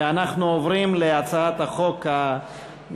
ואנחנו עוברים להצעת החוק הבאה,